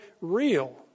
real